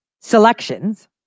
selections